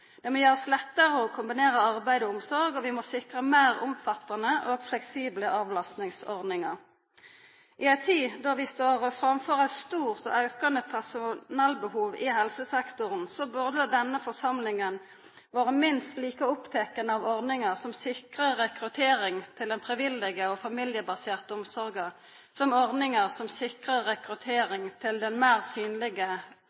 Det må gjerast lettare å kombinera arbeid og omsorg, og vi må sikra meir omfattande og fleksible avlastningsordningar. I ei tid då vi står framfor eit stort og aukande personellbehov i helsesektoren, burde denne forsamlinga vera minst like oppteken av ordningar som sikrar rekrutteringa til den frivillige og familiebaserte omsorga, som ordningar som sikrar